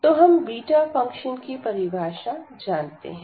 तो हम beta function की परिभाषा जानते हैं